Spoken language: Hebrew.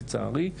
לצערי,